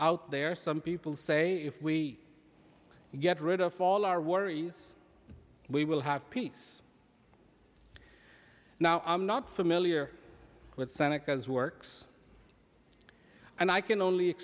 out there some people say if we get rid of all our worries we will have peace now i'm not familiar with senecas works and i can only